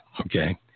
Okay